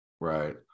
right